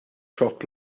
siop